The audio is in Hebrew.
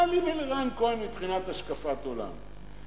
מה לי ולרן כהן מבחינת השקפת עולם?